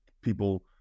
people